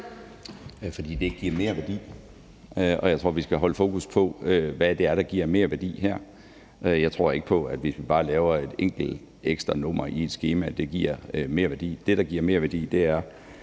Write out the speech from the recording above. Fordi det ikke giver merværdi. Og jeg tror, vi skal holde fokus på, hvad det er, der giver merværdi her. Jeg tror ikke på, at hvis man bare laver en enkelt ekstra nummer i et skema giver det merværdi. Det, der giver merværdi, er